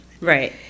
Right